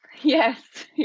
Yes